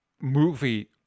movie